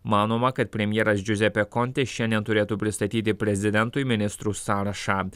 manoma kad premjeras džiuzepė konti šiandien turėtų pristatyti prezidentui ministrų sąrašą